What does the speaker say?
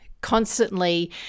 constantly